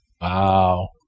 Wow